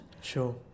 sure